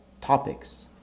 topics